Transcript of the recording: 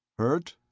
hurt?